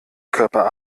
körper